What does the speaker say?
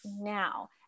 now